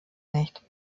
nicht